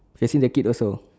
facing the kid also